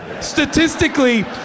Statistically